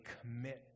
commit